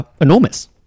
enormous